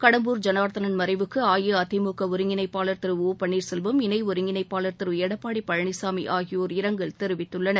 கடம்பூர் ஜனார்த்தனன் மறைவுக்கு அ இ அ தி மு க ஒருங்கிணைப்பாளர் திரு ஒ பன்னீர்செல்வம் இணை ஒருங்கிணைப்பாளர் திரு எடப்பாடி பழனிசாமி ஆகியோர் இரங்கல் தெரிவித்துள்ளனர்